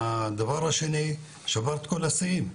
הדבר השני, שברכת את כל השיאים.